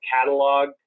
catalog